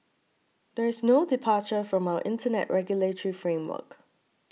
there is no departure from our Internet regulatory framework